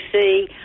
see